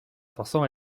pensant